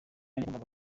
yagombaga